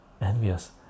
Envious